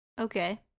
okay